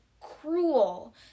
cruel